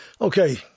Okay